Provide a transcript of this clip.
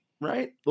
right